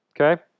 Okay